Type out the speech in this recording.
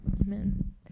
Amen